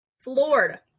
Floored